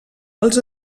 els